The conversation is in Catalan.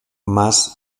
mas